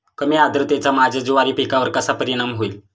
कमी आर्द्रतेचा माझ्या ज्वारी पिकावर कसा परिणाम होईल?